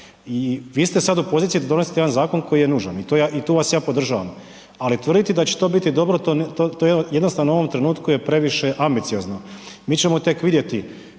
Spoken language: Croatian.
i vi ste sad u poziciji da donosite jedan zakon koji je nužan i tu vas podržavam ali tvrditi da će to biti dobro, to je jednostavno u ovom trenutku je previše ambiciozno. Mi ćemo tek vidjeti